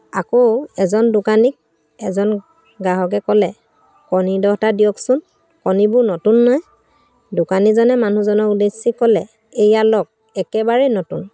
আকৌ এজন দোকানীক এজন গ্ৰাহকে ক'লে কণী দহটা দিয়কচোন কণীবোৰ নতুন নে দোকানীজনে মানুহজনক উদ্দেশ্য ক'লে এইয়া লগ একেবাৰে নতুন